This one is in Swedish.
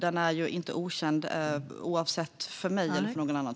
Den är inte okänd för mig eller någon annan.